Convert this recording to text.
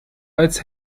als